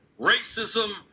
racism